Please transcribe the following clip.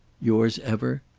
yours ever,